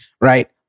right